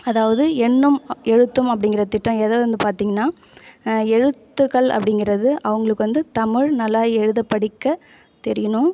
அதாவது எண்ணும் எழுத்தும் அப்படிங்குற திட்டம் எதை வந்து பார்த்திங்கன்னா எழுத்துகள் அப்படிங்கறது அவங்களுக்கு வந்து தமிழ் நல்லா எழுத படிக்க தெரியணும்